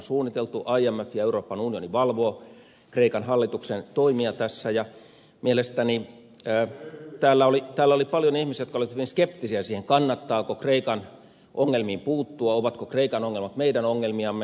imf ja euroopan unioni valvovat kreikan hallituksen toimia tässä ja mielestäni täällä oli paljon ihmisiä jotka olivat hyvin skeptisiä sen suhteen kannattaako kreikan ongelmiin puuttua ovatko kreikan ongelmat meidän ongelmiamme